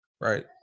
right